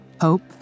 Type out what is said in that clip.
hope